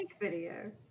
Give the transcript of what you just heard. video